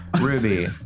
Ruby